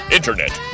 Internet